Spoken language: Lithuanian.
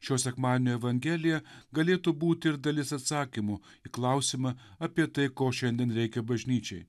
šio sekmadienio evangelija galėtų būt ir dalis atsakymo į klausimą apie tai ko šiandien reikia bažnyčiai